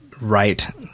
right